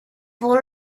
pour